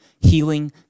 healing